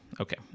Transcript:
Okay